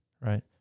right